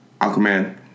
Aquaman